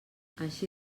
així